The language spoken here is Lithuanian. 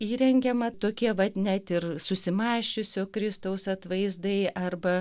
įrengiama tokie vat net ir susimąsčiusio kristaus atvaizdai arba